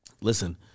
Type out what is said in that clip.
Listen